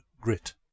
grit